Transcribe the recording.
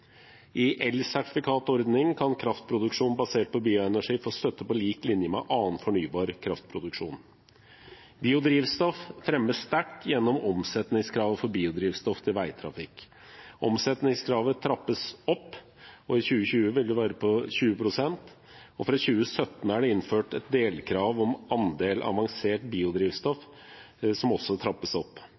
I elsertifikatordningen kan kraftproduksjon basert på bioenergi få støtte på lik linje med annen fornybar kraftproduksjon. Biodrivstoff fremmes sterkt gjennom omsetningskravet for biodrivstoff til veitrafikk. Omsetningskravet trappes opp, og i 2020 vil det være på 20 pst. Fra 2017 er det innført et delkrav om andel avansert biodrivstoff, som også trappes opp.